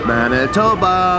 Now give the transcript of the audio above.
Manitoba